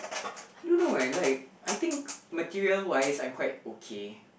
I don't know I like I think material wise I'm quite okay